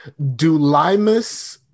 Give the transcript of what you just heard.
Dulimus